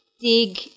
dig